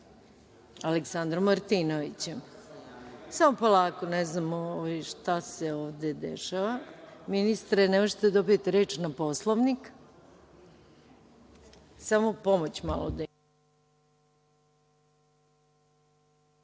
Aleksandrom Martinovićem. Samo polako, ne znam šta se ovde dešava. Ministre, ne možete da dobijete reč na Poslovnik, samo pomoć. Ministre,